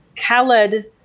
Khaled